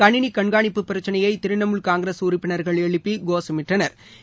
கணினி கண்காணிப்பு பிரச்சினையை திரணமூல் காங்கிரஸ் உறுப்பினா்கள் எழுப்பு கோஷமிட்டனா்